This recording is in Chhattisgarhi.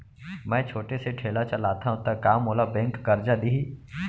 मैं छोटे से ठेला चलाथव त का मोला बैंक करजा दिही?